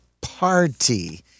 Party